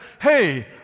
Hey